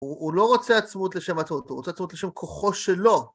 הוא לא רוצה עצמאות לשם עצמאות, הוא רוצה עצמאות לשם כוחו שלו.